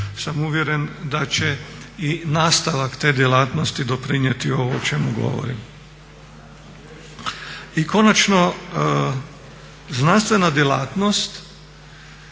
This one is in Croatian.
sam uvjeren da će i nastavku te djelatnosti doprinijeti ovo o čemu govorim. I konačno znanstvena djelatno